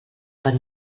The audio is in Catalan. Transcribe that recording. per